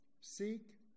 seek